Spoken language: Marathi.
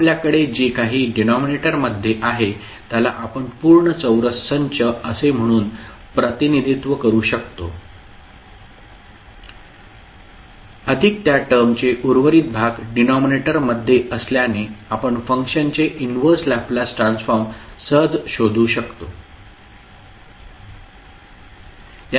आपल्याकडे जे काही डिनॉमिनेटर मध्ये आहे त्याला आपण पूर्ण चौरस संच असे म्हणून प्रतिनिधित्व करू शकतो अधिक त्या टर्मचे उर्वरित भाग डिनॉमिनेटर मध्ये असल्याने आपण फंक्शनचे इनव्हर्स लॅपलेस ट्रान्सफॉर्म सहज शोधू शकतो